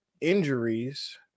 injuries